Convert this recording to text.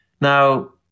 Now